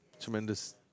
tremendous